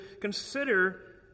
consider